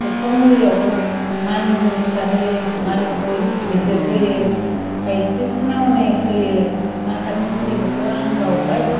सबखा मुलिआवबो मानि मुनि फिसा होयो मानि मुनि गिदिर होयो बायदिसिना अनेख होयो माखासे मुलिखौथ' आं बावबाय